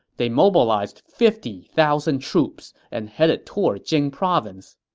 they mobilized fifty thousand troops and headed toward jing province.